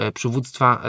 przywództwa